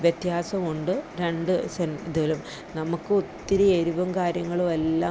വ്യത്യാസം ഉണ്ട് രണ്ട് സെൻ ഇതിലും നമുക്ക് ഒത്തിരി എരിവും കാര്യങ്ങളും എല്ലാം